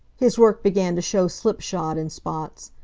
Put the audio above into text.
his work began to show slipshod in spots.